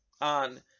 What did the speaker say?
on